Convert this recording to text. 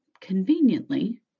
conveniently